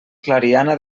clariana